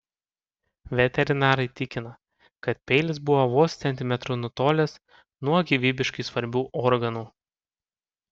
veterinarai tikina kad peilis buvo vos centimetru nutolęs nuo gyvybiškai svarbių organų